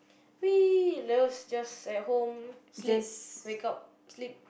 we loves just at home sleep wake up sleep